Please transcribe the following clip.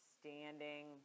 standing